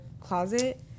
closet